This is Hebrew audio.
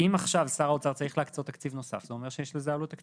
אם שר האוצר צריך להקצות לזה תקציב נוסף זה אומר שיש לזה עלות תקציבית.